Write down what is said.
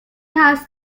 has